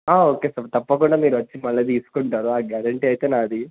okay sir తప్పకుండా మీరు వచ్చి మళ్ళా తీసుకుంటారు ఆ గ్యారెంటీ అయితే నాది